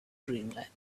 dreamland